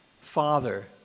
Father